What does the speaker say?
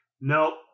nope